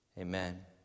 Amen